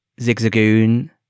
Zigzagoon